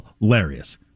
hilarious